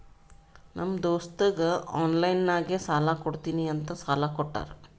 ನಮ್ ದೋಸ್ತಗ ಆನ್ಲೈನ್ ನಾಗೆ ಸಾಲಾ ಕೊಡ್ತೀನಿ ಅಂತ ಸಾಲಾ ಕೋಟ್ಟಾರ್